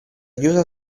chiusa